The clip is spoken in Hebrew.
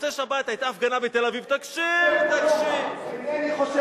במוצאי-שבת היתה הפגנה בתל-אביב, אינני חושב כמוך.